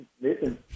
Listen